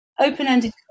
Open-ended